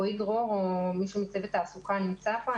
רועי דרור או מישהו מצוות תעסוקה נמצא פה?